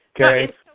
Okay